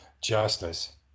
justice